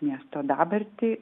miesto dabartį